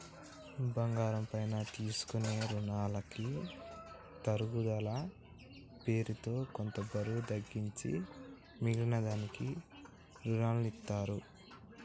బంగారం పైన తీసుకునే రునాలకి తరుగుదల పేరుతో కొంత బరువు తగ్గించి మిగిలిన దానికి రునాలనిత్తారు